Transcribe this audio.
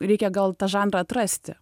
reikia gal tą žanrą atrasti